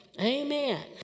Amen